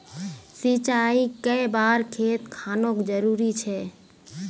सिंचाई कै बार खेत खानोक जरुरी छै?